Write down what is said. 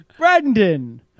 Brendan